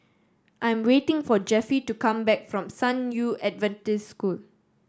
I am waiting for Jeffie to come back from San Yu Adventist School